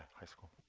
high school.